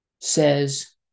says